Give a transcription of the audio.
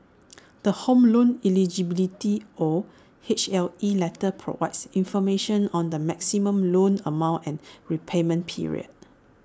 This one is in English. the home loan eligibility or H L E letter provides information on the maximum loan amount and repayment period